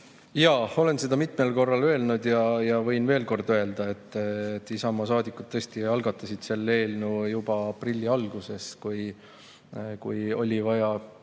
Jaa. Olen seda mitmel korral öelnud ja võin veel kord öelda, et Isamaa saadikud algatasid selle eelnõu juba aprilli alguses, kui oli vaja